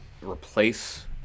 replace